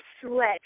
sweat